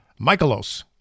Michaelos